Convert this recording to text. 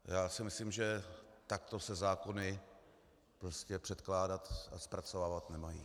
Já si myslím, že takto se zákony předkládat a zpracovávat nemají.